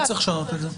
לא צריך לשנות את זה.